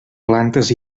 plantes